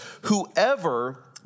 whoever